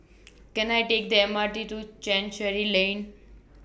Can I Take The M R T to Chancery Lane